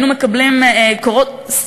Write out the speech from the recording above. היינו מקבלים קורות חיים,